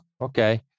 okay